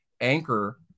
anchor